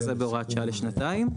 זה בהוראת שעה לשנתיים.